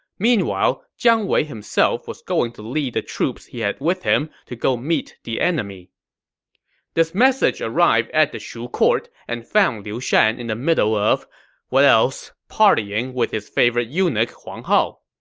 meanwhile, jiang wei himself was going to lead the troops he had with him to go meet the enemy this message arrived at the shu court and found liu shan in the middle of what else partying with his favorite eunuch huang hao.